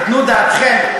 תנו דעתכם,